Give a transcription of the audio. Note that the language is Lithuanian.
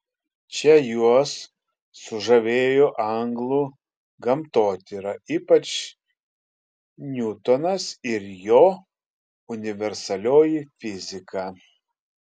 čia juos sužavėjo anglų gamtotyra ypač niutonas ir jo universalioji fizika